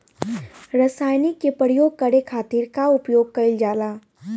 रसायनिक के प्रयोग करे खातिर का उपयोग कईल जाला?